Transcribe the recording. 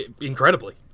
Incredibly